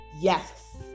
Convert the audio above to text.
yes